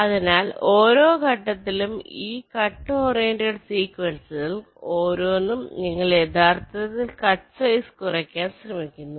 അതിനാൽ ഓരോ ഘട്ടത്തിലും ഈ കട്ട് ഓറിയന്റഡ് സീക്വൻസുകൾ ഓരോന്നും നിങ്ങൾ യഥാർത്ഥത്തിൽ കട്ട്സൈസ് കുറയ്ക്കാൻ ശ്രമിക്കുന്നു